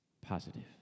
positive